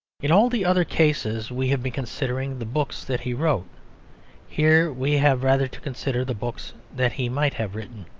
in all the other cases we have been considering the books that he wrote here we have rather to consider the books that he might have written.